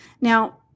Now